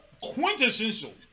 quintessential